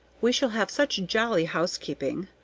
we shall have such jolly housekeeping.